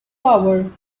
hours